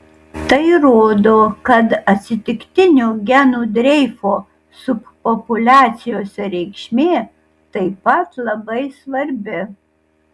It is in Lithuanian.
tai rodo kad atsitiktinio genų dreifo subpopuliacijose reikšmė taip pat labai svarbi